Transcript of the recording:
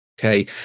Okay